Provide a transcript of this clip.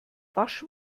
wasch